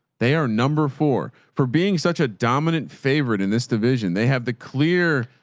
they are. number four for being such a dominant favorite in this division, they have the clear,